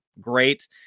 great